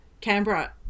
Canberra